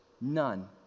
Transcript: None